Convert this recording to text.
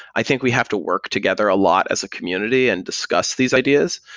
i think we have to work together a lot as a community and discuss these ideas.